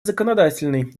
законодательной